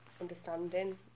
understanding